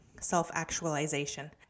self-actualization